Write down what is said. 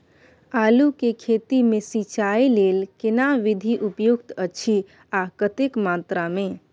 आलू के खेती मे सिंचाई लेल केना विधी उपयुक्त अछि आ कतेक मात्रा मे?